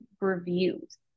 reviews